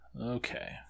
okay